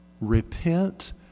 Repent